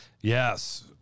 Yes